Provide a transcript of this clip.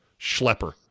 Schlepper